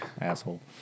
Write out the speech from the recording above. Asshole